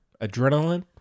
adrenaline